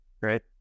right